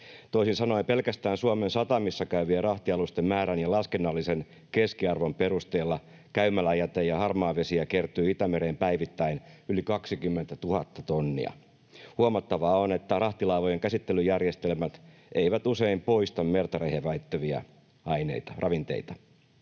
Toisin sanoen pelkästään Suomen satamissa käyvien rahtialusten määrän ja laskennallisen keskiarvon perusteella käymäläjäte- ja harmaavesiä kertyy Itämereen päivittäin yli 20 000 tonnia. Huomattavaa on, että rahtilaivojen käsittelyjärjestelmät eivät usein poista merta rehevöittäviä ravinteita.